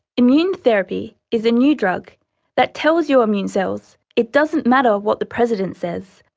immune therapy is a new drug that tells your immune cells it doesn't matter what the president says,